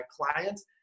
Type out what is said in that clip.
clients